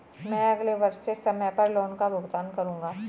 मैं अगले वर्ष से समय पर लोन का भुगतान करूंगा